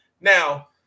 Now